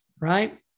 right